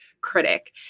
critic